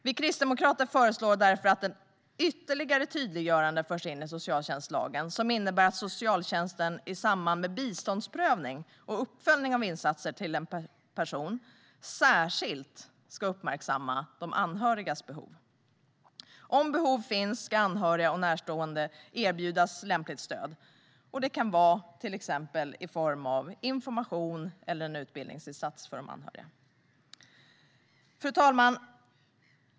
Vi kristdemokrater föreslår därför att ett ytterligare tydliggörande förs in i socialtjänstlagen: att socialtjänsten i samband med biståndsprövning och uppföljning av insatser till en person särskilt ska uppmärksamma de anhörigas behov. Om behov finns ska anhöriga och närstående erbjudas lämpligt stöd. Det kan till exempel ske i form av information eller en utbildningsinsats för de anhöriga. Fru talman!